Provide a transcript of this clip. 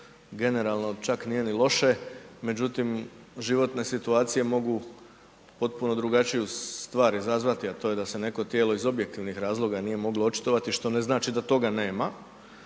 generalno čak nije ni loše, međutim životne situacije mogu potpuno drugačiju stvar izazvati, a to je da se neko tijelo iz objektivnih razloga nije moglo očitovati što ne znači da toga nema,